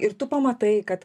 ir tu pamatai kad